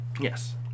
yes